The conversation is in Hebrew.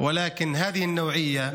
אם בימי שבת ואם בימים אחרים.